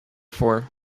for